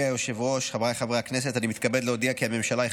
התשפ"ד 2024,